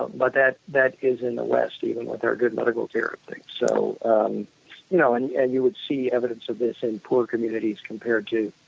um but that that is in the west, even with our good medical care. you so um know, and yeah you would see evidence of this in poor communities compared to